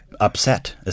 upset